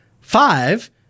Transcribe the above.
five